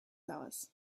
hours